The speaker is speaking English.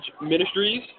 Ministries